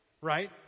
Right